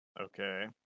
okay